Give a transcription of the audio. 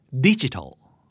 Digital